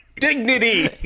dignity